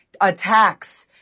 attacks